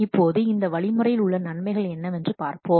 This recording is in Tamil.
இப்போது இந்த வழிமுறையில் உள்ள நன்மைகள் என்னவென்று பார்ப்போம்